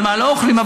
על מה לא אוכלים,